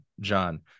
John